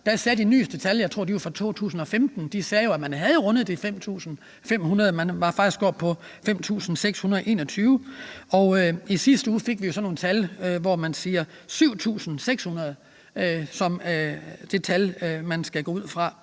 det, viste de nyeste tal – jeg tror, de var fra 2015 – at man havde rundet de 5.500. Man var faktisk oppe på 5.621, og i sidste uge fik vi så nogle tal, hvor man siger, at 7.600 er tallet, man skal gå ud fra.